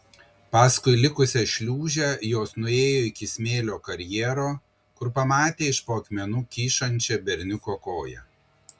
paskui likusią šliūžę jos nuėjo iki smėlio karjero kur pamatė iš po akmenų kyšančią berniuko koją